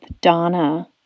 Donna